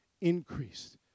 increased